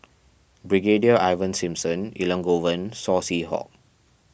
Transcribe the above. Brigadier Ivan Simson Elangovan Saw Swee Hock